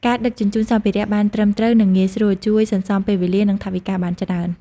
ការដឹកជញ្ជូនសម្ភារៈបានត្រឹមត្រូវនិងងាយស្រួល ជួយសន្សំពេលវេលា និងថវិកាបានច្រើន។